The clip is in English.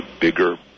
bigger